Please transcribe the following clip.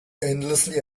endlessly